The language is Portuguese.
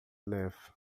neve